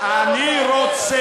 מה אתה רוצה?